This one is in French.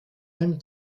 même